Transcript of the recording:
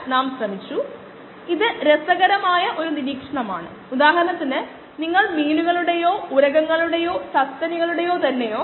2 min അതിനാൽ ഈ സാഹചര്യങ്ങളിൽ പ്രായോഗിക സെൽ സാന്ദ്രത 10 മടങ്ങ് കുറയ്ക്കാൻ 7